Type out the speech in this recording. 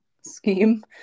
scheme